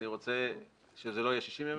אני רוצה שזה לא יהיה 60 ימים,